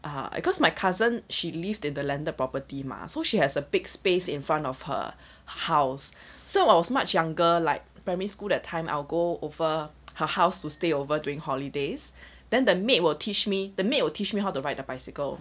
err because my cousin she lived in the landed property mah so she has a big space in front of her house so I was much younger like primary school that time I'll go over her house to stay over during holidays then the maid will teach me the maid will teach me how to ride a bicycle